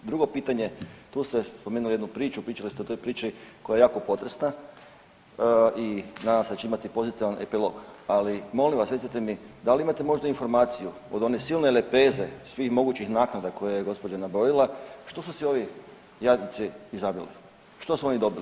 Drugo pitanje, tu ste spomenuli jednu priču, pričali ste o toj priči koja je jako potresna i nadam se da će imati pozitivan epilog, ali molim vas recite mi da li imate možda informaciju od one silne lepeze svih mogućih naknada koje je gospođa nabrojila, što su si ovi jadnici izabrali, što su oni dobili?